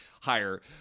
higher